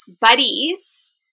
buddies